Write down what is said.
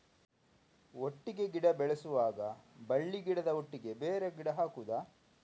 ಒಟ್ಟಿಗೆ ಗಿಡ ಬೆಳೆಸುವಾಗ ಬಳ್ಳಿ ಗಿಡದ ಒಟ್ಟಿಗೆ ಬೇರೆ ಗಿಡ ಹಾಕುದ?